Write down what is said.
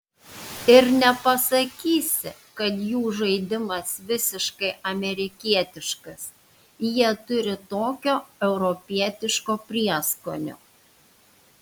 ir nepasakysi kad jų žaidimas visiškai amerikietiškas jie turi tokio europietiško prieskonio